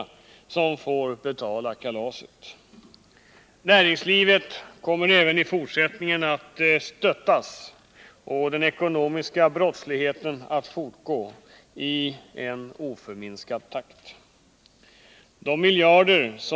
Enligt nuvarande regler får en person som försatts i konkurs inte driva rörelse under konkursen.